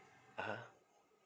(uh huh)